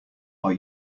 are